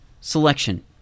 selection